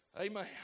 Amen